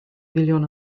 filiwn